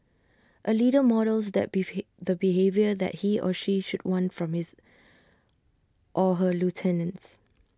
A leader models that the the behaviour that he or she should want from his or her lieutenants